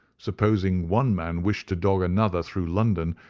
supposing one man wished to dog another through london,